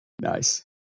Nice